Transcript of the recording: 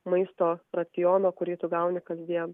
maisto raciono kurį tu gauni kasdien